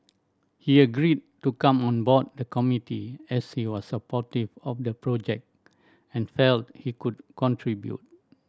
he agreed to come on board the committee as he was supportive of the project and felt he could contribute